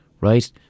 right